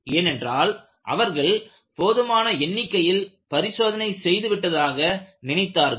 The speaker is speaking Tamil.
ஏனென்றால் அவர்கள் போதுமான எண்ணிக்கையில் பரிசோதனை செய்துவிட்டதாக நினைத்தார்கள்